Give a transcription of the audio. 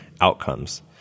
outcomes